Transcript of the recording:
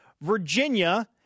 Virginia